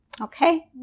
Okay